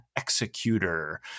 executor